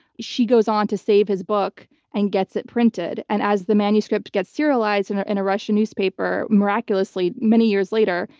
she goes on to save his book and gets it printed. and as the manuscript gets serialized in ah in a russian newspaper, miraculously, many years later,